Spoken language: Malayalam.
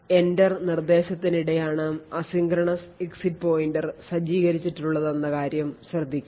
EENTER നിർദ്ദേശത്തിനിടെയാണ് അസിൻക്രണസ് എക്സിറ്റ് പോയിന്റർ സജ്ജീകരിച്ചിട്ടുള്ളതെന്ന കാര്യം ശ്രദ്ധിക്കുക